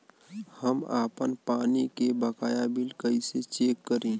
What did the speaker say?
हम आपन पानी के बकाया बिल कईसे चेक करी?